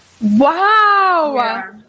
Wow